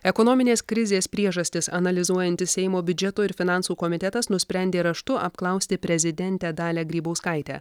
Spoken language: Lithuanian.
ekonominės krizės priežastis analizuojantis seimo biudžeto ir finansų komitetas nusprendė raštu apklausti prezidentę dalią grybauskaitę